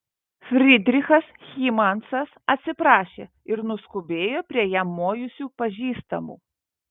frydrichas hymansas atsiprašė ir nuskubėjo prie jam mojusių pažįstamų